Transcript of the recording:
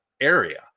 area